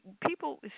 people